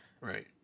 Right